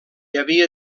havia